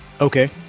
okay